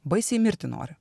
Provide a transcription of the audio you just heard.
baisiai mirti noriu